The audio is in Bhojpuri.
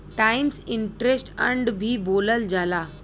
टाइम्स इन्ट्रेस्ट अर्न्ड भी बोलल जाला